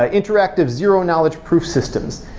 ah interactive zero knowledge proof systems.